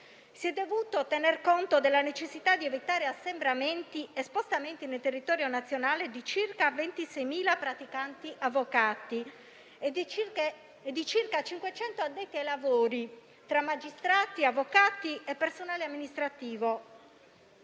Si è dovuto tener conto della necessità di evitare assembramenti e spostamenti nel territorio nazionale di circa 26.000 praticanti avvocati e di circa 500 addetti ai lavori tra magistrati, avvocati e personale amministrativo.